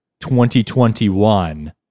2021